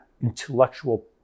intellectual